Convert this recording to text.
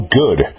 good